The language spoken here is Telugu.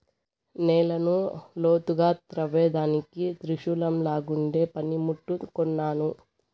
నేలను లోతుగా త్రవ్వేదానికి త్రిశూలంలాగుండే పని ముట్టు కొన్నాను